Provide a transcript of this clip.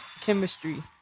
Chemistry